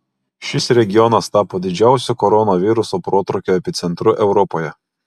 šis regionas tapo didžiausiu koronaviruso protrūkio epicentru europoje